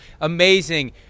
Amazing